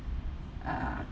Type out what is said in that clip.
uh